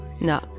No